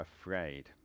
afraid